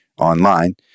online